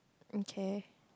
okay